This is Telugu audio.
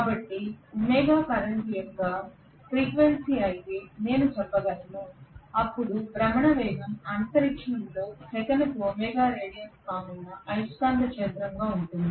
కాబట్టి ఒమేగా కరెంట్ యొక్క ఫ్రీక్వెన్సీ అయితే నేను చెప్పగలను అప్పుడు భ్రమణ వేగం అంతరిక్షంలో సెకనుకు ఒమేగా రేడియన్స్ కానున్న అయస్కాంత క్షేత్రంగా ఉంటుంది